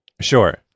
Sure